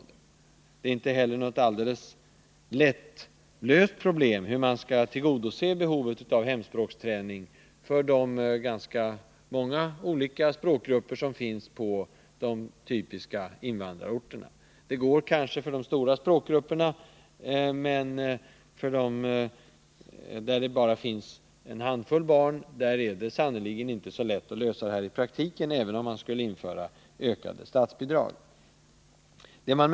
Det är inte något alldeles lättlöst problem — hur man skall tillgodose behovet av hemspråksträning för de många olika språkgrupper som finns på de typiska invandrarorterna. Det går kanske bra för de stora språkgrupperna, men för de grupper som bara har en handfull barn på orten är det sannerligen inte lätt att lösa problemet i praktiken, även om man skulle införa ökade statsbidrag.